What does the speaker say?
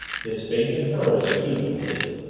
his faith in her was too complete.